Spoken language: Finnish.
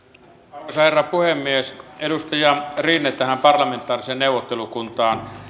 arvoisa herra puhemies edustaja rinne tähän parlamentaariseen neuvottelukuntaan tulee